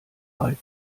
reife